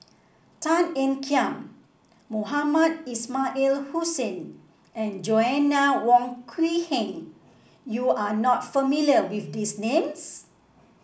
Tan Ean Kiam Mohamed Ismail Hussain and Joanna Wong Quee Heng you are not familiar with these names